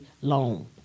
long